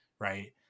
Right